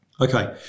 Okay